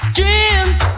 dreams